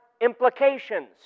implications